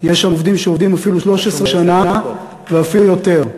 יש שם עובדים שעובדים אפילו 13 שנה, ואפילו יותר.